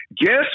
Guess